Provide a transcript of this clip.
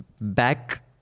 back